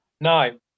No